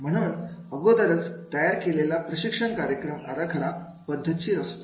म्हणून अगोदरच तयार केलेला प्रशिक्षण कार्यक्रम आराखडा पद्धतशीर असतो